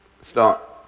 start